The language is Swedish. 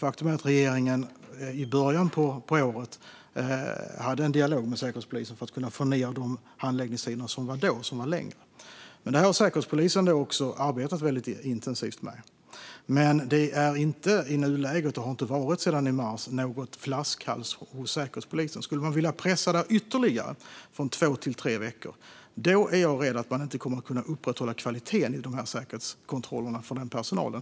Faktum är att regeringen i början av året hade en dialog med Säkerhetspolisen för att kunna få ned handläggningstiderna som då var längre. Det har Säkerhetspolisen arbetat väldigt intensivt med. Det är inte i nuläget, och har inte varit så sedan i mars, någon flaskhals hos Säkerhetspolisen. Skulle man vilja pressa det ytterligare, så att det går snabbare än två till tre veckor, är jag rädd att det inte kommer att gå att upprätthålla kvaliteten i de här säkerhetskontrollerna för personalen.